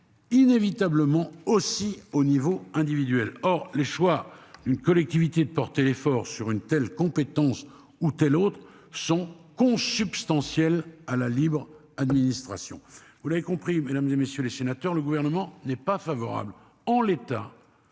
inévitablement aussi au niveau individuel, or les choix une collectivité de porter l'effort sur une telle compétence ou telle autre sont consubstantiels à la libre administration vous l'avez compris, mesdames et messieurs les sénateurs, le gouvernement n'est pas favorable. En l'état.